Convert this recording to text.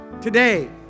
today